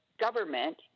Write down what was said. government